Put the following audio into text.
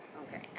Okay